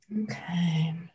Okay